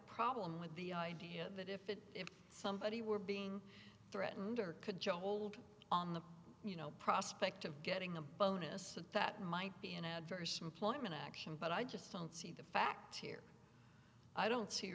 problem with the idea that if it if somebody were being threatened or could just hold on the you know prospect of getting a bonus that might be an adverse employment action but i just don't see the facts here i don't see